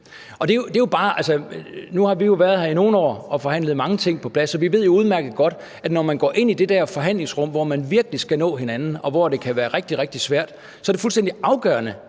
Nu har vi jo været her i nogle år og forhandlet mange ting på plads, så vi ved jo udmærket godt, at når man går ind i det der forhandlingsrum, hvor man virkelig skal nå hinanden, og hvor det kan være rigtig, rigtig svært, er det fuldstændig afgørende,